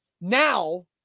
now